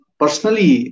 personally